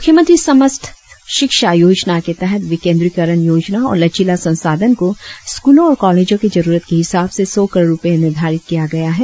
मुख्यमंत्री समस्त शिक्षा योजना के तहत विकेंद्रीकरण योजना और लचीला संसाधन को स्कूलों और कालेजो के जरुरत के हिसाब से सौ करोड़ रुपए निर्धारित किया गया है